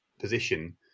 position